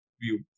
view